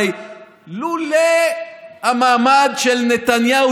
הרי לולא המעמד של נתניהו,